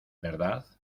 verdad